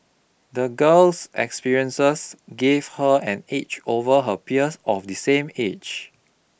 the girl's experiences gave her an edge over her peers of the same age